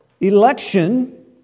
Election